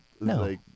No